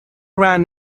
ran